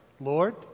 Lord